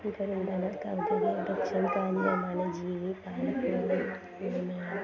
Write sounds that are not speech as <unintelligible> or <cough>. ഔദ്യോഗിക വൃക്ഷം കാഞ്ഞിരമാണ് ജീവി <unintelligible>